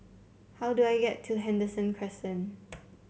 how do I get to Henderson Crescent